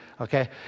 Okay